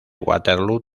waterloo